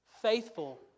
Faithful